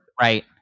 right